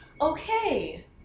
Okay